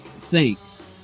Thanks